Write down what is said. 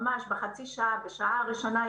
ממש בחצי שעה או השעה הראשונה,